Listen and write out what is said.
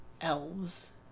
elves